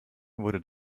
wurde